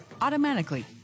automatically